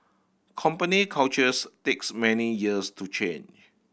company cultures takes many years to change